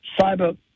cyber